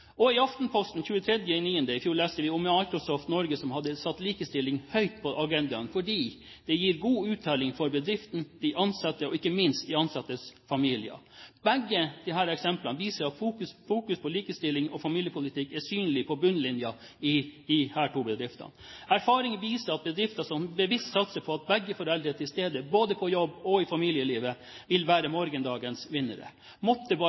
sykefraværet. I Aftenposten 23. september i fjor leste vi om Microsoft Norge, som hadde satt likestilling høyt på agendaen fordi det gir god uttelling for bedriften, for de ansatte og ikke minst for de ansattes familier. Begge disse eksemplene viser at fokus på likestillings- og familiepolitikk er synlig på bunnlinjen i disse to bedriftene. Erfaringer viser at bedrifter som bevisst satser på at begge foreldre er til stede både på jobb og i familielivet, vil være morgendagens vinnere. Måtte bare